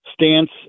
stance